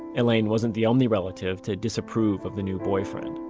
elaine wasn't the only relative to disapprove of the new boyfriend.